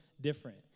different